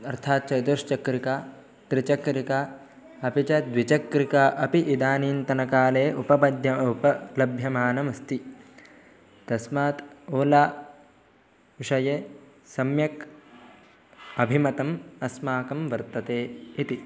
अर्थात् चतुश्चक्रिका त्रिचक्रिका अपि च द्विचक्रिका अपि इदानीन्तनकाले उपपद्यते उप लभ्यमानमस्ति तस्मात् ओला विषये सम्यक् अभिमतम् अस्माकं वर्तते इति